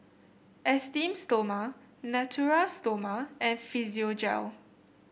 Esteem Stoma Natura Stoma and Physiogel